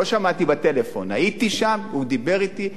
לא שמעתי בטלפון, הייתי שם והוא דיבר אתי.